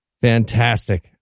Fantastic